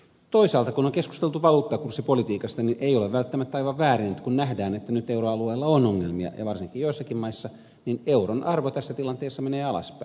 toisaalta kun on keskusteltu valuuttakurssipolitiikasta niin ei ole välttämättä aivan väärin että kun nähdään että nyt euroalueella on ongelmia ja varsinkin joissakin maissa niin euron arvo tässä tilanteessa menee alaspäin